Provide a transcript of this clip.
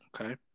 Okay